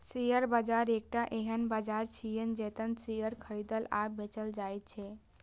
share बाजार एकटा एहन बाजार छियै, जतय शेयर खरीदल आ बेचल जाइ छै